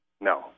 No